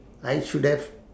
I should have